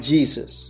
Jesus